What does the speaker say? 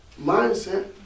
mindset